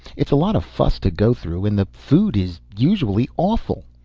it's a lot of fuss to go through and the food is usually awful.